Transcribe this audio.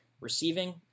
receiving